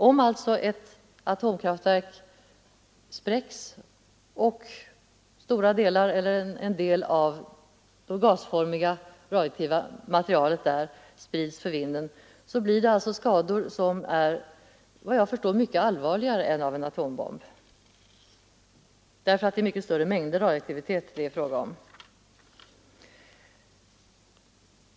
Om alltså ett atomkraftverk spräcks och delar av det gasformiga radioaktiva materialet där sprids för vinden uppstår skador som — såvitt jag förstår — är mycket allvarligare än de som orsakas av en atombomb därför att det är fråga om mycket större mängder radioaktivitet.